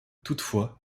toutefois